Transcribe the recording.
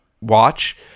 watch